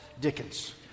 Dickens